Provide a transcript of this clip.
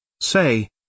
Say